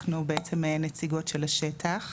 אנחנו בעצם נציגות של השטח.